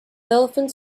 elephants